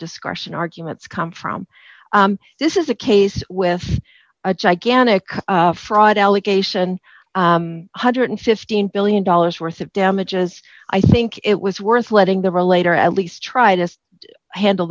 discretion arguments come from this is a case with a gigantic fraud allegation one hundred and fifteen billion dollars worth of damages i think it was worth letting the relator at least try to handle